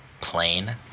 plain